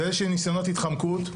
זה איזשהם ניסיונות התחמקות,